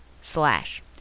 Slash